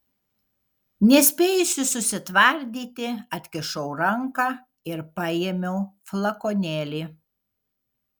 nespėjusi susitvardyti atkišau ranką ir paėmiau flakonėlį